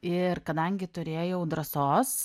ir kadangi turėjau drąsos